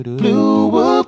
blue